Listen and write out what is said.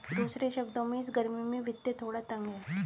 दूसरे शब्दों में, इस गर्मी में वित्त थोड़ा तंग है